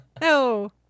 No